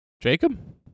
Jacob